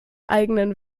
eigenen